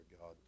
God